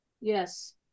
yes